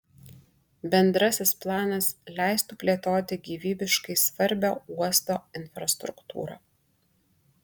bendrasis planas leistų plėtoti gyvybiškai svarbią uosto infrastruktūrą